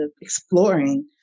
exploring